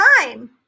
time